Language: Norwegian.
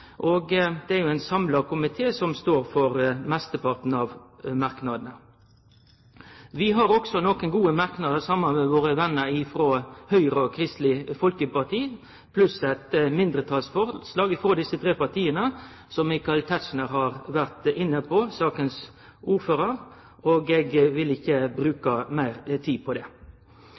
og det er ein samla komité som står for mesteparten av merknadene. Vi har også nokre gode merknader saman med våre vener frå Høgre og Kristeleg Folkeparti, pluss eit mindretalsforslag frå desse tre partia, som Michael Tetzschner, ordførar for saka, har vore inne på, og eg vil ikkje bruke meir tid på det.